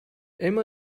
emma